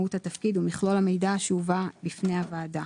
מהות התפקיד ומכלול המידע שהובא בפני הוועדה.